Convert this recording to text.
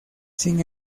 sin